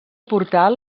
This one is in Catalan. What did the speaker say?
portal